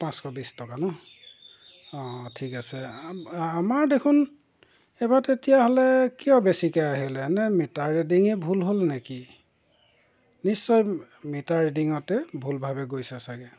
পাঁচশ বিছ টকা ন' অঁ ঠিক আছে আমাৰ দেখোন এইবাৰ তেতিয়াহ'লে কিয় বেছিকৈ আহিলে নে মিটাৰ ৰিডিঙে ভুল হ'ল নে কি নিশ্চয় মিটাৰ ৰিডিঙতে ভুলভাৱে গৈছে চাগে